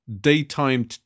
Daytime